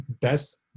best